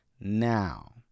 now